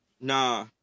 Nah